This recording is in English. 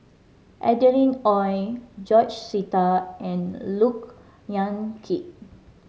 Adeline Ooi George Sita and Look Yan Kit